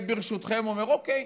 ברשותכם, אני אומר: אוקיי,